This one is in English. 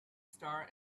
star